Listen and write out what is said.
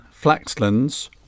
Flaxlands